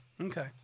Okay